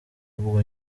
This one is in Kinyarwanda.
ubwo